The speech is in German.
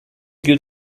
gilt